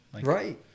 Right